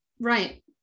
Right